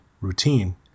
routine